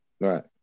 Right